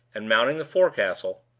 and, mounting the forecastle,